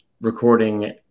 recording